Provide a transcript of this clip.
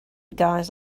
guys